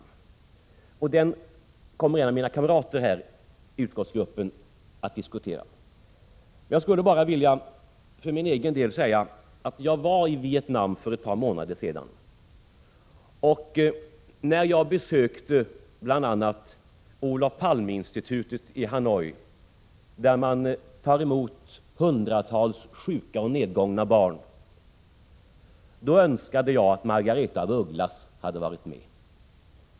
Denna fråga kommer en av mina kamrater i utskottetsgruppen att diskutera. Jag skulle bara för min egen del vilja säga följande. Jag var i Vietnam för ett par månader sedan. När jag besökte bl.a. Olof Palme-institutet i Hanoi, där man tar emot hundratals sjuka och nedgångna barn, då önskade jag att Margaretha af Ugglas hade varit med.